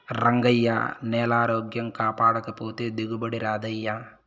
రంగయ్యా, నేలారోగ్యం కాపాడకపోతే దిగుబడి రాదయ్యా